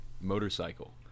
motorcycle